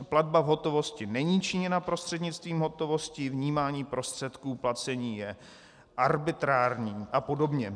Platba v hotovosti není činěna prostřednictvím hotovosti, vnímání prostředků placení je arbitrární a podobně.